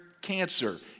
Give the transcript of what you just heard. cancer